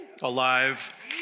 alive